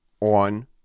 on